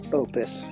opus